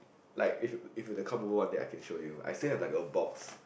like if you if you were to come over one day I can show you I still have like a box